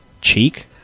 cheek